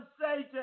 Satan